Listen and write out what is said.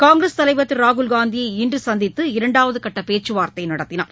காங்கிரஸ் தலைவர் திரு ராகுல்காந்தியை இன்று சந்தித்து இரண்டாவது கட்ட பேச்சு வார்த்தை நடத்தினார்